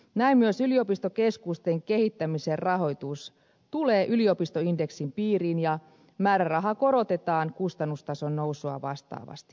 näin myös yliopistokeskusten kehittämisen rahoitus tulee yliopistoindeksin piiriin ja määrärahaa korotetaan kustannustason nousua vastaavasti